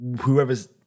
whoever's